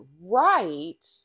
right